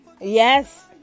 Yes